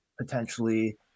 potentially